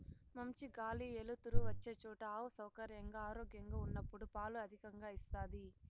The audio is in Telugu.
మంచి గాలి ఎలుతురు వచ్చే చోట ఆవు సౌకర్యంగా, ఆరోగ్యంగా ఉన్నప్పుడు పాలు అధికంగా ఇస్తాది